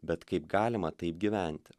bet kaip galima taip gyventi